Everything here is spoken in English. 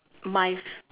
my fa~